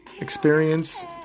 experience